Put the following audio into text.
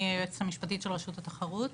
אני היועצת המשפטית של רשות התחרות.